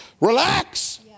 relax